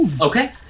Okay